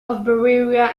bavaria